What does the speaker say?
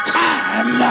time